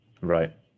Right